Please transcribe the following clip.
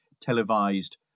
televised